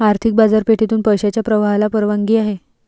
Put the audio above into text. आर्थिक बाजारपेठेतून पैशाच्या प्रवाहाला परवानगी आहे